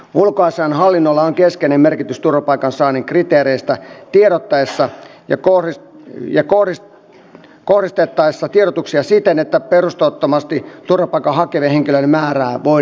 ulkoasiainhallinnolla on keskeinen merkitys turvapaikansaannin kriteereistä tiedotettaessa ja kohdistettaessa tiedotuksia siten että perusteettomasti turvapaikkaa hakevien henkilöiden määrää voidaan vähentää